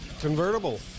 Convertible